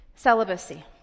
Celibacy